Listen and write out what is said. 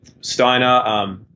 Steiner